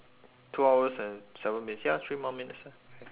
two hours and seven minutes ya three more minutes lah